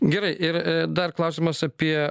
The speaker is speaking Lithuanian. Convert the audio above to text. gerai ir dar klausimas apie